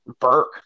Burke